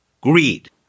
Greed